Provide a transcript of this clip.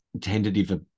tentative